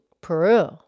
Peru